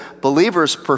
believers